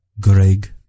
Greg